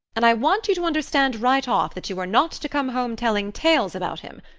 and i want you to understand right off that you are not to come home telling tales about him.